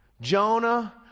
Jonah